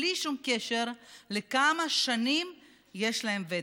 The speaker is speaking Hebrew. בלי שום קשר לכמה שנים יש להם ותק,